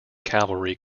cavalry